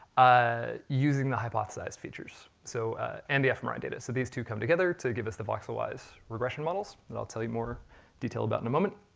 ah using the hypothesized features, so and the fmri data. so these two come together to give us the voxelwise regression models, that i'll tell you more detail about in a moment.